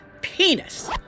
penis